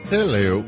Hello